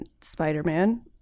Spider-Man